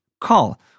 call